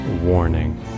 warning